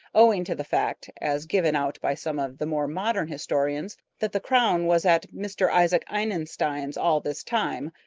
owing to the fact, as given out by some of the more modern historians, that the crown was at mr. isaac inestein's all this time,